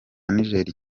niger